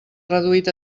reduït